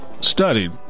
studied